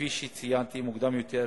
כפי שציינתי מוקדם יותר,